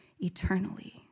eternally